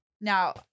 Now